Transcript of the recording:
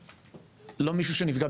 לא מישהו שנפגע,